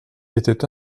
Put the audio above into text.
était